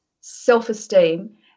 self-esteem